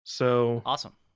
Awesome